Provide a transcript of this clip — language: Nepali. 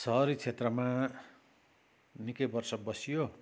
सहरी क्षेत्रमा निकै बर्ष बसियो